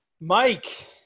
Mike